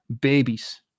babies